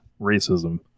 Racism